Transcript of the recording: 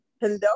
Hello